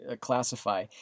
Classify